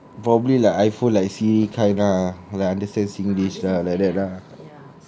like probably like iphone like siri kind ah like understand singlish lah like that lah